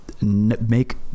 Make